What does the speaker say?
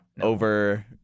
over